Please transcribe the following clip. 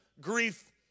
grief